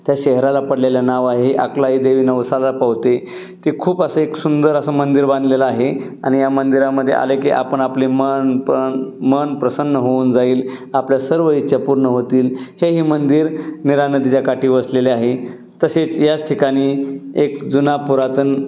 त्या शहराला पडलेलं नाव आहे आकलाई देवी नवसाला पावते ते खूप असं एक सुंदर असं मंदिर बांधलेलं आहे आणि या मंदिरामध्ये आले की आपण आपले मन प्र मन प्रसन्न होऊन जाईल आपल्या सर्व इच्छा पूर्ण होतील हे मंदिर निरा नदीच्या काठी असलेले आहे तसेच याच ठिकाणी एक जुना पुरातन